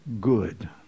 good